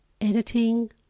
Editing